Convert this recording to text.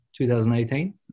2018